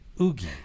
Oogie